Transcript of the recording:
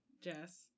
Jess